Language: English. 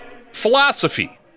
philosophy